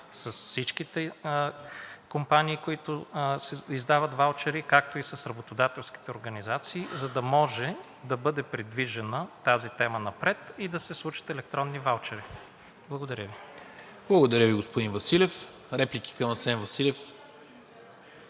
с всичките компании, които издават ваучери, както и с работодателските организации, за да може да бъде придвижена тази тема напред и да се случат електронните ваучери. Благодаря Ви. ПРЕДСЕДАТЕЛ НИКОЛА МИНЧЕВ: Благодаря Ви, господин Василев. Реплики към Асен Василев?